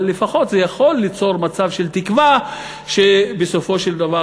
אבל לפחות זה יכול ליצור מצב של תקווה שבסופו של דבר